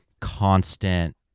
constant